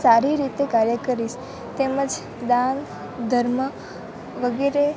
સારી રીતે કાર્ય કરીશ તેમજ દાન ધર્મ વગેરે